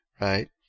right